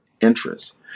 interests